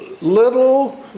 little